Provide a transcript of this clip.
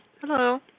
Hello